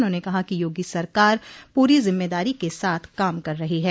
उन्होंने कहा कि योगी सरकार पूरी जिम्मेदारी के साथ काम कर रही है